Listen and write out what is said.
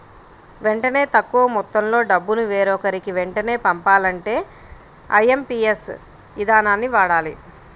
వెంటనే తక్కువ మొత్తంలో డబ్బును వేరొకరికి వెంటనే పంపాలంటే ఐఎమ్పీఎస్ ఇదానాన్ని వాడాలి